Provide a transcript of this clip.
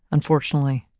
unfortunately.